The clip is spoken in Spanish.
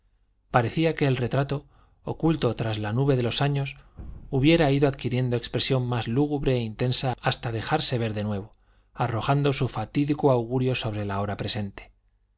parecía que el retrato oculto tras la nube de los años hubiera ido adquiriendo expresión más lúgubre e intensa hasta dejarse ver de nuevo arrojando su fatídico augurio sobre la hora presente